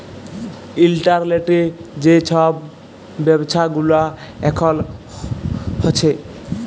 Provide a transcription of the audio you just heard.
ইলটারলেটে যে ছব ব্যাব্ছা গুলা এখল হ্যছে